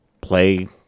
play